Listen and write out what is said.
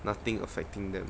nothing affecting them